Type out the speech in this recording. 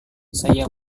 saya